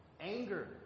Anger